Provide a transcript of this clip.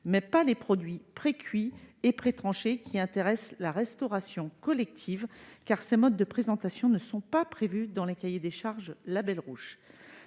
mais pas les produits précuits et prétranchés, qui intéressent la restauration collective, car ces modes de présentation ne sont pas prévus dans les cahiers des charges. Aussi, pour